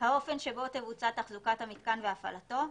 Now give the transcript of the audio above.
האופן שבו תבוצע תחזוקת המתקן והפעלתו,